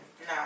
No